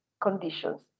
conditions